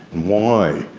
why?